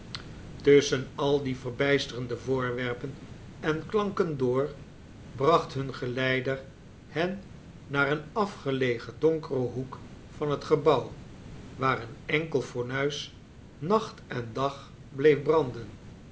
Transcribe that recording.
tusschen al die verbijsterende voorwerpen en klanken door bracht hun geleider hen naar een afgelegen donkeren hoek van het gebouw waar een enkel fornuis nacht en dag bleef branden